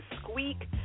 squeak